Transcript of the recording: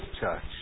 church